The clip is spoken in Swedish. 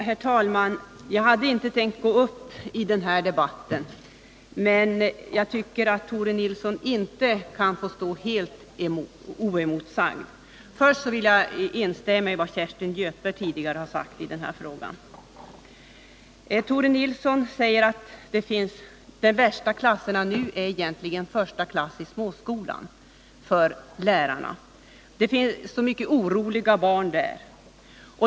Herr talman! Jag hade inte tänkt gå upp i den här debatten, men jag tycker att Tore Nilssons inlägg inte kan få stå helt oemotsagda. Och jag vill inledningsvis instämma i vad Kerstin Göthberg tidigare har sagt i den här frågan. Tore Nilsson säger att den värsta klassen för lärarna nu egentligen är första klass i småskolan, därför att det finns så mycket oroliga barn där.